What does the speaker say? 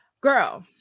Girl